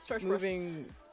moving